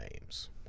names